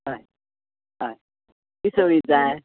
हय हय पिचोडी जाय